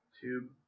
tube